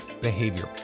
behavior